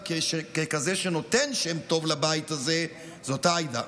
ככזה שנותן שם טוב לבית הזה זאת עאידה,